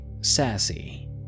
Sassy